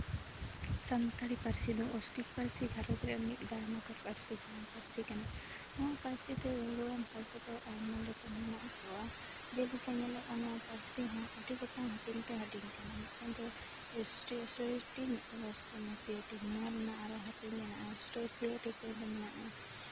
ᱥᱟᱱᱛᱟᱲᱤ ᱯᱟᱹᱨᱥᱤ ᱫᱚ ᱚᱥᱴᱤᱠ ᱯᱟᱹᱨᱥᱤ ᱜᱷᱟᱨᱚᱸᱡᱽ ᱨᱮᱭᱟᱜ ᱢᱤᱫ ᱫᱟᱬᱢᱟᱠᱟᱲ ᱯᱟᱹᱨᱥᱤ ᱠᱟᱱᱟ ᱱᱚᱣᱟ ᱯᱟᱹᱨᱥᱤ ᱛᱮ ᱨᱚᱨᱚᱲᱟᱱ ᱜᱚᱲ ᱠᱚᱫᱚ ᱟᱭᱢᱟ ᱞᱮᱠᱟᱱ ᱢᱮᱱᱟᱜ ᱠᱚᱣᱟ ᱡᱮᱞᱮᱠᱟ ᱧᱮᱞᱚᱜᱼᱟ ᱱᱚᱣᱟ ᱯᱟᱹᱨᱥᱤ ᱦᱚᱸ ᱟᱹᱰᱤ ᱜᱚᱴᱟᱝ ᱦᱟᱺᱴᱤᱧ ᱛᱮ ᱦᱟᱺᱴᱤᱧ ᱠᱟᱱᱟ ᱢᱮᱫᱴᱮᱱ ᱮᱥᱴᱨᱤᱼᱮᱥᱳᱭᱮᱴᱤᱠ ᱢᱤᱫᱴᱮᱱ ᱫᱚ ᱚᱥᱴᱨᱳᱼᱱᱮᱥᱮᱭᱟᱴᱤᱠ ᱱᱚᱣᱟ ᱨᱮᱱᱟᱜ ᱟᱨᱚ ᱦᱟᱺᱴᱤᱧ ᱢᱮᱱᱟᱜᱼᱟ ᱚᱥᱴᱨᱳᱮᱥᱤᱭᱟᱴᱤᱠ ᱨᱮᱫᱚ ᱢᱮᱱᱟᱜᱼᱟ